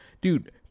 dude